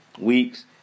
weeks